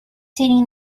sitting